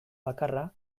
bakarra